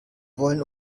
wollen